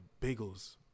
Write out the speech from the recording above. bagels